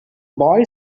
boy